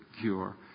cure